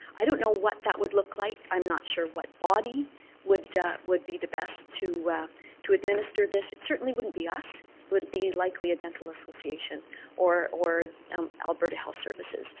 i don't know what that would look like. i'm not sure what body would would be the best to to administer this. it certainly wouldn't be us. it would be likely a dental association or or um alberta health services.